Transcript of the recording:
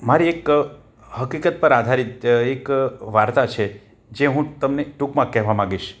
મારી એક હકીકત પર આધારિત એક વાર્તા છે જે હું તમને ટૂંકમાં કહેવા માંગીશ